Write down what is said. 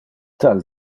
tal